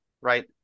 right